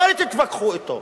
לא תתווכחו אתו.